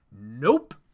nope